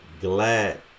glad